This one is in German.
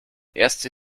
erste